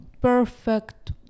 perfect